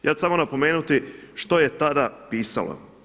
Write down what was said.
Ja ću samo napomenuti što je tada pisalo.